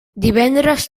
divendres